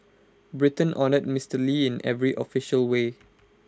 Britain honoured Mister lee in every official way